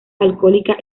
alcohólica